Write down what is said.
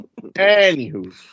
Anywho